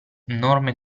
norme